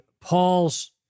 Paul's